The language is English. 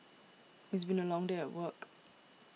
it's been a long day at work